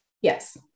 yes